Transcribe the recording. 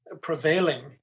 prevailing